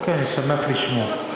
אני שמח לשמוע.